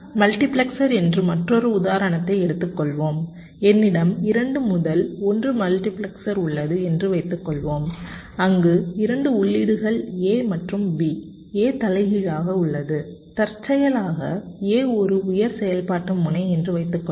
multiplexer என்று மற்றொரு உதாரணத்தை எடுத்துக் கொள்வோம் என்னிடம் 2 முதல் 1 மல்டிபிளெக்சர் உள்ளது என்று வைத்துக்கொள்வோம் அங்கு 2 உள்ளீடுகள் A மற்றும் B A தலைகீழாக உள்ளது தற்செயலாக A ஒரு உயர் செயல்பாட்டு முனை என்று வைத்துக்கொள்வோம்